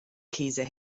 käse